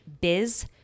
biz